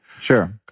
Sure